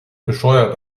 bescheuert